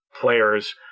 players